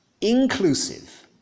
inclusive